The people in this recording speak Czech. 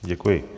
Děkuji.